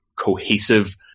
cohesive